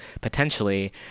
potentially